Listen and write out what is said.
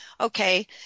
okay